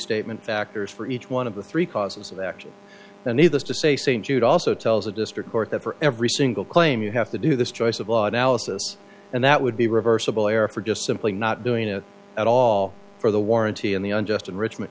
restatement factors for each one of the three causes of action and needless to say st jude also tells a district court that for every single claim you have to do this choice of law analysis and that would be reversible error for just simply not doing it at all for the warranty in the unjust enrichment